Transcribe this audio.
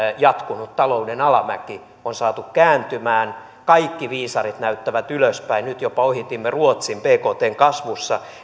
jatkunut talouden alamäki on saatu kääntymään kaikki viisarit näyttävät ylöspäin nyt jopa ohitimme ruotsin bktn kasvussa